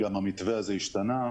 המתווה הזה השתנה.